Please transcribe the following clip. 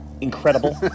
incredible